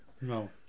No